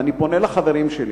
ואני פונה לחברים שלי